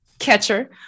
catcher